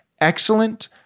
excellent